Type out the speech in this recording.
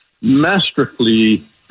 masterfully